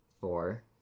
four